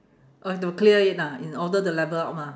oh to clear it lah in order the level up mah